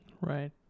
right